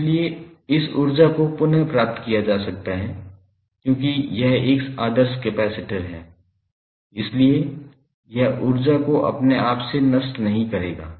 इसलिए इस ऊर्जा को पुनः प्राप्त किया जा सकता है क्योंकि यह एक आदर्श कैपेसिटर है इसलिए यह ऊर्जा को अपने आप से नष्ट नहीं करेगा